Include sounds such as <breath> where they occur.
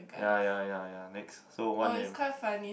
ya ya ya ya next so one name <breath>